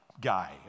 guy